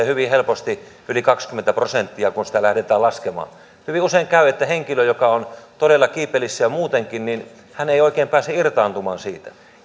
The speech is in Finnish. hyvin helposti yli kaksikymmentä prosenttia kun sitä lähdetään laskemaan hyvin usein käy että henkilö joka on todella kiipelissä jo muutenkin ei oikein pääse irtautumaan siitä